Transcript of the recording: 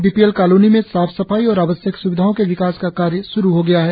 B P L colony में साफ सफाई और आवश्यक स्विधाओं के विकास का कार्य श्रु हो गया है